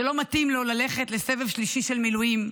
שלא מתאים לו ללכת לסבב שלישי של מילואים,